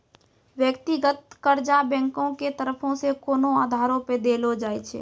व्यक्तिगत कर्जा बैंको के तरफो से कोनो आधारो पे देलो जाय छै